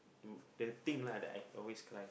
to the thing lah that I always cry